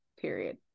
period